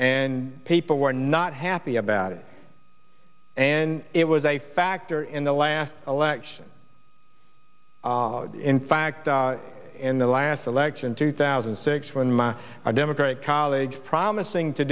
and people were not happy about it and it was a factor in the last election in fact in the last election two thousand and six when my our democratic colleagues promising to